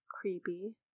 creepy